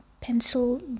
pencil